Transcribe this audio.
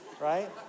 right